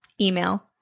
email